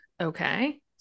Okay